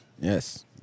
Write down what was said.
Yes